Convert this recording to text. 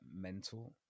mental